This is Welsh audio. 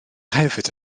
hefyd